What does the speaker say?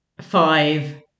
five